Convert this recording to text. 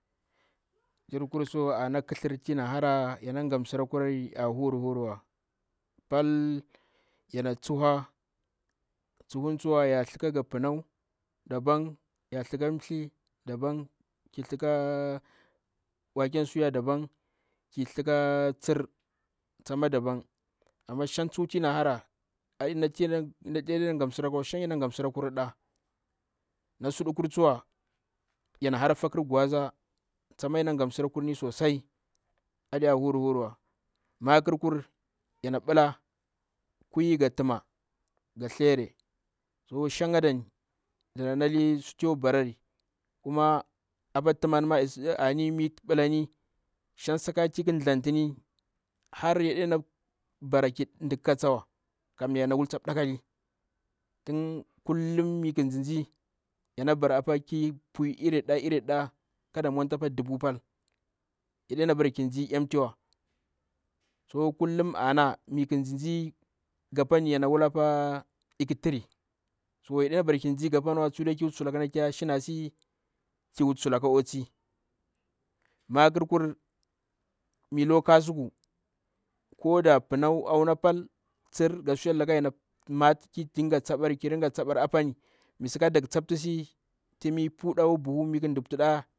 Jirkursu ana kthir tiyama hara yana ghamsira. Yana tsuho tsuhum yana sthika ga plnau daban ya sthika msthi dabam ki sthikaa waken suya daban ki sthik wakan soya tsama daban. Amma shan tsuwo ti yana hara aɗi nati yaɗena gamsrkurawa, shan yanaga msirakirari. Na sudukur suwa yana hara fakur gwaza tsama yana gamsira kurni sosai, adi a huri huriwa. Makrkur yana mbla kwiu, ga tima ga tstha so shanga dana nali su tu yo barari kuma. Apa timan ma ani mi mblani anti thjdantini, syaɗena bara ki ndikka ka tsawa, kaa tum lauhum m ndza ndzi yana bara apa ki purey irin ɗa irinda kammay da mbdakali, yana bara ki buney na irin da irin da apa da dubu pal yaɗena ki ndzi empty wa so kullum ana miki ndzin ndzi gabani yo wulapaa ikitri. To yaɗabara ki ndza gabainwa. Tsude ki wuti sulaka tiya shinaa si, kiwuti sulaka otsi. makrkur kilo kasuku koda pinau auna pal ko tsir ga suyenllaka ya namati ki dinga tsap ɓari mi saka dak thapstis tun mi ik pu ɗa ko buhu mikhu mɗumti ɗaa.